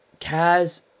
Kaz